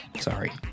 Sorry